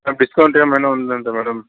madam discount ఏమైనా ఉందంటే madam